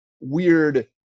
weird